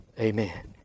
Amen